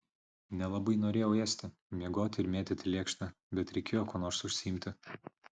nelabai norėjau ėsti miegoti ir mėtyti lėkštę bet reikėjo kuo nors užsiimti